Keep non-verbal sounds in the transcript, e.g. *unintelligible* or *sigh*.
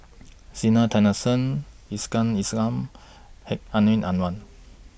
Zena Tessensohn Iskandar *unintelligible* Hedwig Anuar